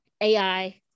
AI